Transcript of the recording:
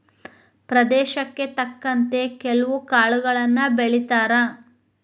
ಪ್ರದೇಶಕ್ಕೆ ತಕ್ಕಂತೆ ಕೆಲ್ವು ಕಾಳುಗಳನ್ನಾ ಬೆಳಿತಾರ